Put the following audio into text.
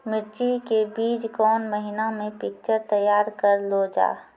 मिर्ची के बीज कौन महीना मे पिक्चर तैयार करऽ लो जा?